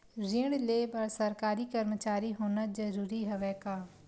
ऋण ले बर सरकारी कर्मचारी होना जरूरी हवय का?